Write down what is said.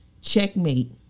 checkmate